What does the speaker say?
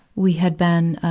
we had been,